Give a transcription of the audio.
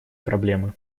проблемы